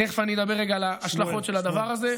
תכף אני אדבר רגע על ההשלכות של הדבר הזה,